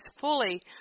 fully